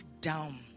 down